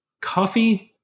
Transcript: coffee